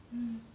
mm